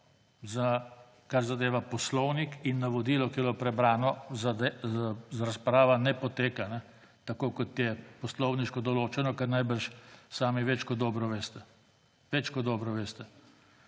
Kar zadeva poslovnik in navodilo, ki je bilo prebrano, razprava ne poteka tako, kot je poslovniško določeno, kar najbrž sami več kot dobro veste, več kot dobro veste.